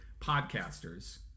podcasters